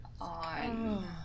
on